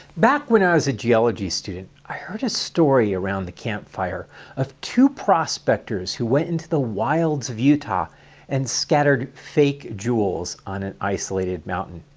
back when i was a geology student, i heard a story around the camp fire of two prospectors who went into the wilds of utah and scattered fake jewels on an isolated mountain.